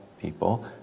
people